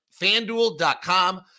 FanDuel.com